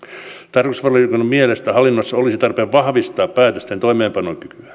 tarkastusvaliokunnan mielestä hallinnossa olisi tarpeen vahvistaa päätösten toimeenpanokykyä